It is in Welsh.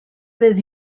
fydd